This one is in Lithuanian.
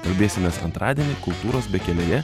kalbėsimės antradienį kultūros bekelėje